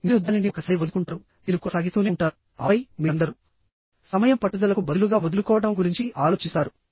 మీరు దానిని ఒకసారి వదులుకుంటారు మీరు కొనసాగిస్తూనే ఉంటారుఆపైమీరందరూ సమయం పట్టుదలకు బదులుగా వదులుకోవడం గురించి ఆలోచిస్తారు